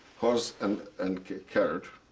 horse and and carriage.